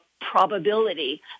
probability